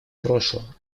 прошлого